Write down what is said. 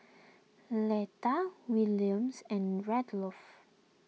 letter Williams and Rudolph